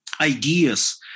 ideas